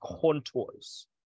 contours